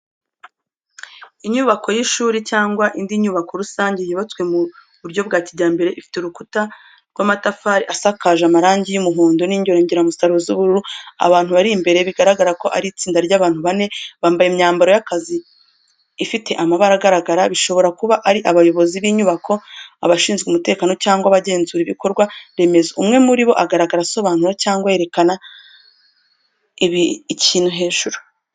Inyubako y’ishuri cyangwa indi nyubako rusange, yubatswe mu buryo bwa kijyambere, ifite urukuta rw’amatafari asakaje amarangi y’umuhondo n’inyongeramusaruro z’ubururu. Abantu bari imbere bigaragara ko ari itsinda ry’abantu bane, bambaye imyambaro y’akazi ifite amabara agaragara, bishobora kuba ari abayobozi b’inyubako, abashinzwe umutekano cyangwa abagenzura ibikorwa remezo. Umwe muri bo agaragara asobanura cyangwa yerekana ikintu hejuru.